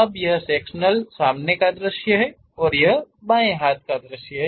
अब यह सेक्शनल सामने का दृश्य है और यह बाएँ हाथ का दृश्य है